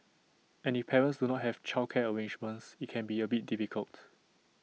and if parents do not have childcare arrangements IT can be A bit difficult